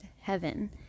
Heaven